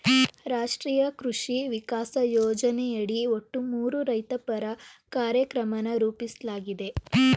ರಾಷ್ಟ್ರೀಯ ಕೃಷಿ ವಿಕಾಸ ಯೋಜನೆಯಡಿ ಒಟ್ಟು ಮೂರು ರೈತಪರ ಕಾರ್ಯಕ್ರಮನ ರೂಪಿಸ್ಲಾಗಿದೆ